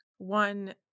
One